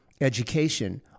education